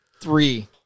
three